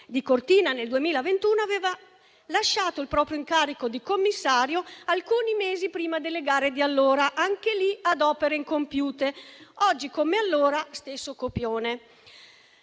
a Cortina, aveva lasciato il proprio incarico di commissario alcuni mesi prima delle gare, anche in quel caso ad opere incompiute. Oggi, come allora, stesso copione.